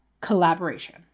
collaboration